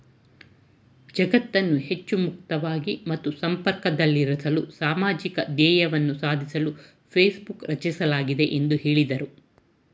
ಜಗತ್ತನ್ನ ಹೆಚ್ಚು ಮುಕ್ತವಾಗಿ ಮತ್ತು ಸಂಪರ್ಕದಲ್ಲಿರಿಸಲು ಸಾಮಾಜಿಕ ಧ್ಯೇಯವನ್ನ ಸಾಧಿಸಲು ಫೇಸ್ಬುಕ್ ರಚಿಸಲಾಗಿದೆ ಎಂದು ಹೇಳಿದ್ರು